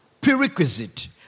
prerequisite